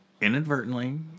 Inadvertently